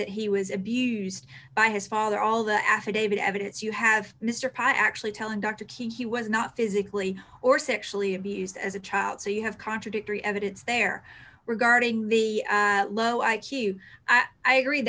that he was abused by his father all the affidavit evidence you have mr prout actually telling dr king he was not physically or sexually abused as a child so you have contradictory evidence there regarding the low i q i agree